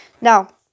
Now